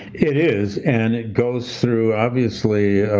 it is, and it goes through, obviously,